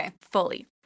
fully